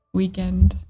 weekend